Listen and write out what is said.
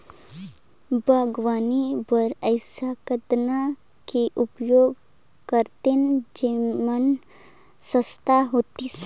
बागवानी बर ऐसा कतना के उपयोग करतेन जेमन सस्ता होतीस?